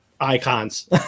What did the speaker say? icons